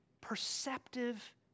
perceptive